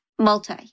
Multi